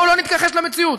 בואו לא נתכחש למציאות,